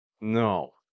No